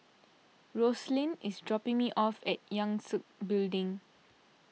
Rosalind is dropping me off at Yangtze Building